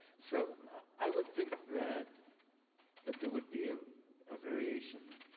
so i would think that that there would be a ah variation